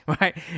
right